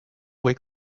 wake